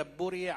דבורייה,